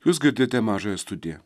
jūs girdėjote mažąją studiją